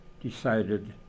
decided